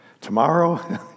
Tomorrow